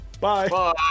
Bye